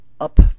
up